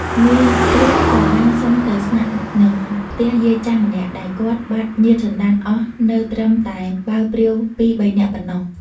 នាយ ព្រហ្ម ក៏បានសុំនៅស្នាក់នឹងផ្ទះយាយចាស់ម្នាក់ ដែលគាត់បាត់ញាតិសន្ដានអស់នៅត្រឹមតែបាវព្រាវពីរបីនាក់ប៉ុណ្ណោះ ។